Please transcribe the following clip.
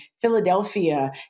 Philadelphia